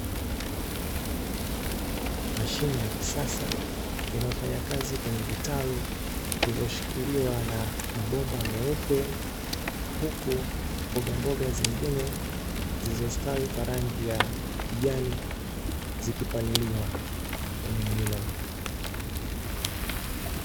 Mashine ya kisasa inayofanya kazi kwenye vitalu vilivyoshikiliwa na mabomba meupe, huku mbogamboga zingine zilizostawi kwa rangi ya kijani zikipaliliwa eneo hilo.